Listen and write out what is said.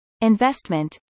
investment